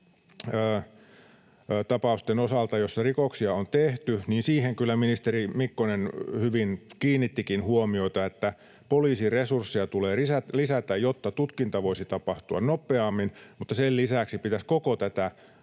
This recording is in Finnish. tapausten osalta, joissa rikoksia on tehty — siihen kyllä ministeri Mikkonen hyvin kiinnittikin huomiota — poliisin resursseja tulee lisätä, jotta tutkinta voisi tapahtua nopeammin. Sen lisäksi pitäisi koko tätä